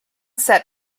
set